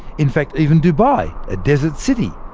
in fact, even dubai, a desert city,